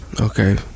Okay